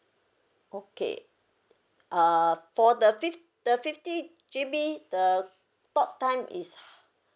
okay uh for the fif~ the fifty G_B the talktime is